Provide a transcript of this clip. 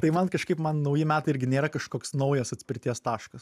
tai man kažkaip man nauji metai irgi nėra kažkoks naujas atspirties taškas